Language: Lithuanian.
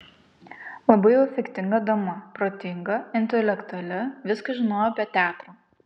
labai jau efektinga dama protinga intelektuali viską žinojo apie teatrą